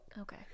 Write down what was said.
Okay